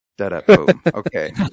okay